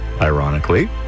ironically